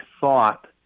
thought